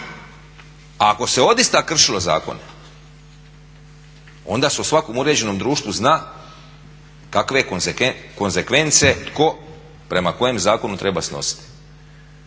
ako se odista kršilo zakon onda se u svakom uređenom društvu zna kakve konzekvence tko prema kojem zakonu treba snositi.